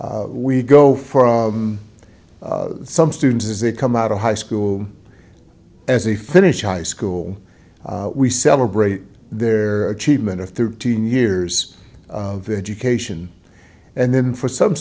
we go for some students as they come out of high school as they finish high school we celebrate their achievement of thirteen years of education and then for some